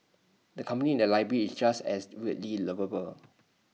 the company in the library is just as weirdly lovable